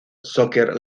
soccer